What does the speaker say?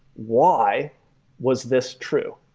why was this true?